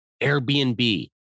Airbnb